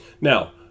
Now